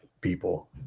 people